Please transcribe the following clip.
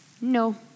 no